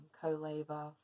co-labor